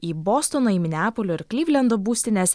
į bostoną į mineapolio ir klyvlendo būstines